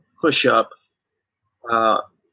push-up